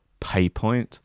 paypoint